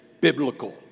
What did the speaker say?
biblical